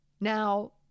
Now